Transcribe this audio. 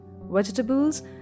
Vegetables